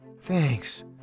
Thanks